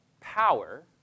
power